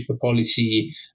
policy